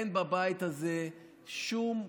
אין בבית הזה שום דבר,